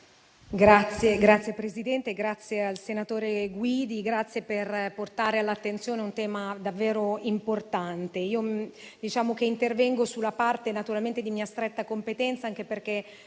Signor Presidente, ringrazio il senatore Guidi per portare all'attenzione un tema davvero importante. Intervengo sulla parte di mia stretta competenza, anche perché